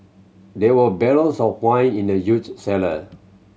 there were barrels of wine in the huge cellar